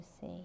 see